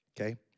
okay